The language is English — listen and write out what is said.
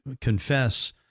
confess